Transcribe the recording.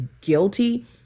guilty